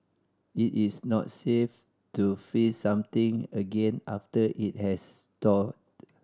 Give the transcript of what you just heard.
it is not safe to freeze something again after it has thawed